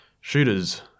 shooter's